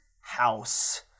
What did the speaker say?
house